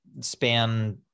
span